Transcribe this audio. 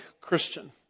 Christian